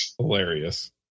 Hilarious